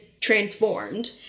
transformed